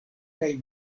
kaj